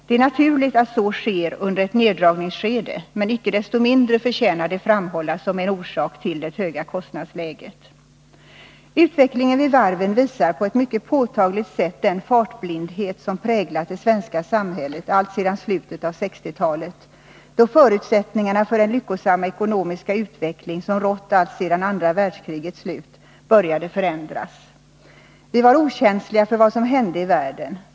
Det är naturligt att så sker under ett neddragningsskede, men icke desto mindre förtjänar det att framhållas som en orsak till det höga kostnadsläget. Utvecklingen vid varven visar på ett mycket påtagligt sätt den fartblindhet som präglat det svenska samhället alltsedan slutet av 1960-talet, då förutsättningarna för den lyckosamma ekonomiska utveckling som rått alltsedan andra världskrigets slut började förändras. Vi var okänsliga för vad som hände i världen.